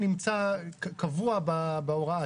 נמצא קבוע בהוראה,